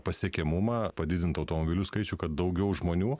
pasiekiamumą padidint automobilių skaičių kad daugiau žmonių